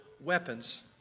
weapons